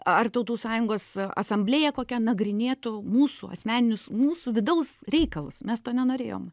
ar tautų sąjungos asamblėja kokia nagrinėtų mūsų asmeninius mūsų vidaus reikalus mes to nenorėjom